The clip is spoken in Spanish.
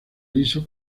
liso